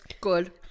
Good